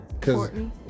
Courtney